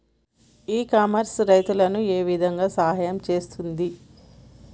ఇ commerce రైతులకు ఏ విధంగా సహాయం చేస్తుంది?